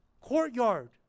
courtyard